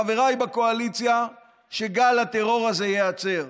חבריי בקואליציה, שגל הטרור הזה ייעצר.